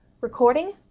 Recording